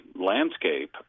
landscape